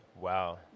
Wow